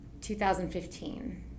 2015